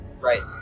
Right